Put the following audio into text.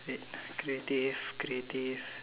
wait creative creative